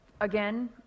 again